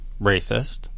racist